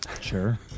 Sure